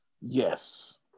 Yes